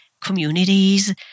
communities